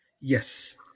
Yes